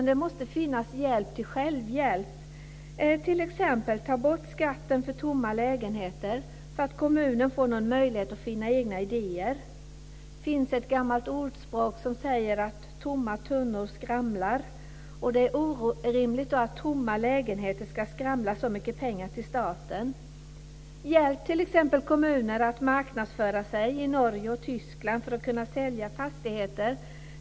Det måste finnas hjälp till självhjälp, t.ex. ta bort skatten för tomma lägenheter så att kommunerna får någon möjlighet att finna egna idéer. Det finns ett gammalt ordspråk som säger att tomma tunnor skramlar. Det är orimligt att tomma lägenheter ska skramla så mycket pengar till staten. Hjälp t.ex. kommuner att marknadsföra sig i Norge och Tyskland för att de ska kunna sälja fastigheter.